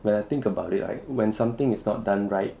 when I think about it right when something is not done right